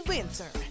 Winter